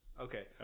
Okay